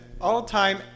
all-time